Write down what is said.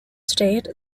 state